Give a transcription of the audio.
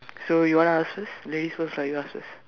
so you want ask first ladies first lah you ask first